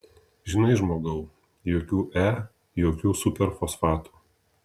žinai žmogau kad jokių e jokių superfosfatų